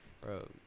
Bro